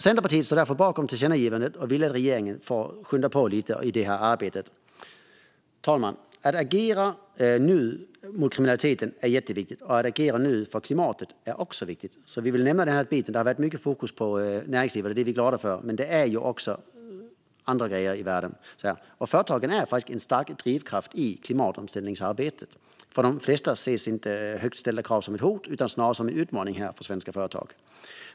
Centerpartiet står därför bakom tillkännagivandet och vill att regeringen ska skynda på lite i detta arbete. Fru talman! Att agera nu mot kriminaliteten är jätteviktigt, och att agera nu för klimatet är också viktigt. Vi vill nämna detta. Det har varit mycket fokus på näringslivet, vilket vi är vi glada för, men det finns också andra grejer i världen. Företagen är en stark drivkraft i klimatomställningsarbetet. För de flesta svenska företag ses inte högt ställda krav som ett hot, utan snarare som en utmaning.